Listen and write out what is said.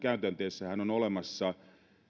tässä pysäköintivalvontakäytänteessähän on olemassa